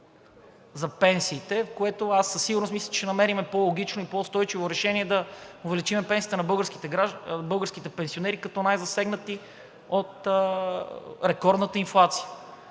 се изказаха. Аз със сигурност мисля, че ще намерим по-логично и по-устойчиво решение да увеличим пенсиите на българските пенсионери като най-засегнати от рекордната инфлация,